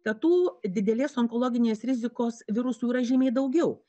kad tų didelės onkologinės rizikos virusų yra žymiai daugiau